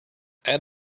add